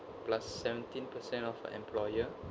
plus seventeen percent for employer